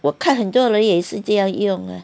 我看很多人也是这样用啊